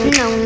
no